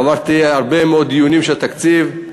עברתי הרבה מאוד דיונים של תקציב,